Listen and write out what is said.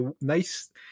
nice